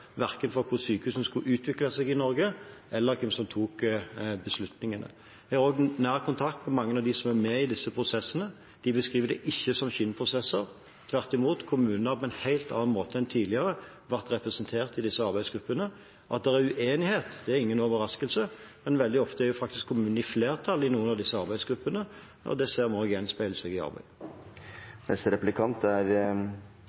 verken for hvordan sykehusene skulle utvikle seg i Norge, eller for hvem som tok beslutningene. Jeg er i nær kontakt med mange av dem som er i disse prosessene. De beskriver det ikke som skinnprosesser. Tvert imot har kommunene på en helt annen måte enn tidligere vært representert i disse arbeidsgruppene. At det er uenighet, er ingen overraskelse, men veldig ofte er faktisk kommunene i flertall i noen av arbeidsgruppene, og det ser vi også at gjenspeiler seg i